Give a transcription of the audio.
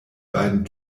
beiden